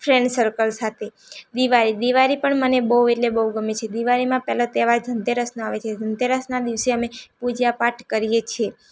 friend circle સાથે દિવાળી દિવાળી પણ મને બહુ એટલે બહુ ગમે છે દિવાળીમાં પહેલાં તહેવાર ધનતેરસનો આવે છે ધનતેરસના દિવસે અમે પૂજા પાઠ કરીએ છીએ